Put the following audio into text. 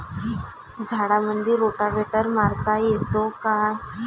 झाडामंदी रोटावेटर मारता येतो काय?